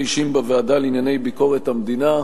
אישים בוועדה לענייני ביקורת המדינה: